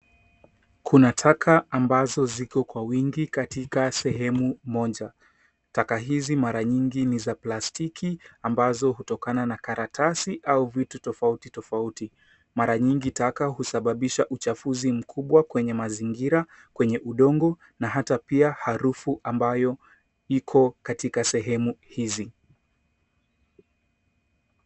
Kuna taka ambazo ziko kwa wingi katika sehemu moja. Taka hizi mara nyingi ni za plastiki ambazo hutokana na karatasi au vitu tofautitofauti. Mara nyingi taka husababisha uchafuzi mkubwa kwenye mazingira kwenye udongo na hata pia harufu ambayo iko katika sehemu hizi.